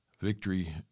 victory